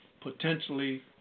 potentially